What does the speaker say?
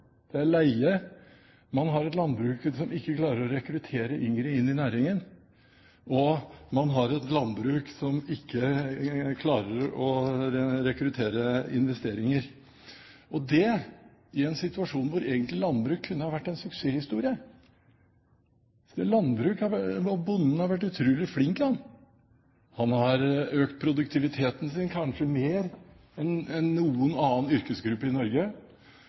leie – man har et landbruk som ikke klarer å rekruttere yngre inn i næringen, og man har et landbruk som ikke klarer å rekruttere investeringer – og det i en situasjon hvor landbruk egentlig kunne ha vært en suksesshistorie. Bonden har vært utrolig flink, han! Han har økt produktiviteten sin kanskje mer enn noen annen yrkesgruppe i Norge,